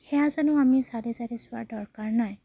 সেয়া জানো আমি চালি জাৰি চোৱাৰ দৰকাৰ নাই